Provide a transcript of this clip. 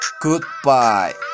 Goodbye